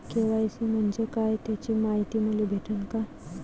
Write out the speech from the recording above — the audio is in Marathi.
के.वाय.सी म्हंजे काय त्याची मायती मले भेटन का?